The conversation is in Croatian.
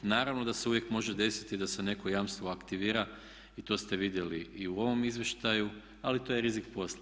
Naravno da se uvijek može desiti da se neko jamstvo aktivira i to ste vidjeli i u ovom izvještaju ali to je rizik posla.